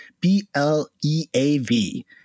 B-L-E-A-V